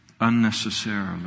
unnecessarily